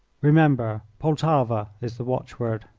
remember, poltava is the watchword.